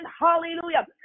hallelujah